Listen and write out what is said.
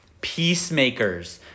peacemakers